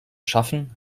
schaffen